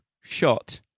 shot